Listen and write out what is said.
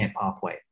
pathway